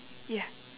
ya